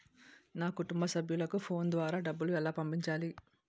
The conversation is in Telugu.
నా కుటుంబ సభ్యులకు ఫోన్ ద్వారా డబ్బులు ఎలా పంపించాలి?